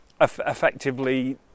effectively